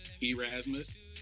Erasmus